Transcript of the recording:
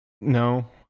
no